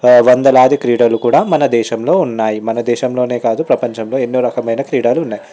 వందలాది క్రీడలు కూడా మన దేశంలో ఉన్నాయి మన దేశంలోనే కాదు ప్రపంచంలో ఎన్నో రకమైన క్రీడలు ఉన్నాయి